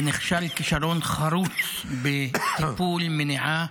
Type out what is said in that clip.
ונכשל כישלון חרוץ בטיפול, מניעה